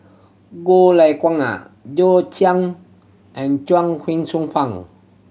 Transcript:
Goh Lay Kuan John Chang and Chuang Hsueh Fang